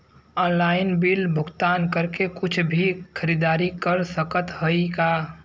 Online bill भुगतान करके कुछ भी खरीदारी कर सकत हई का?